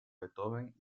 beethoven